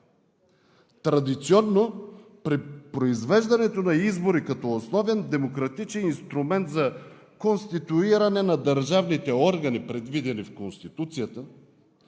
Традиционно при произвеждането на избори като основен демократичен инструмент за конституиране на държавните органи, предвидени в Конституцията,